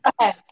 Okay